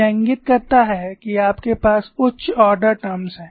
यह इंगित करता है कि आपके पास उच्च आर्डर टर्म्स हैं